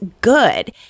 good